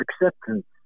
Acceptance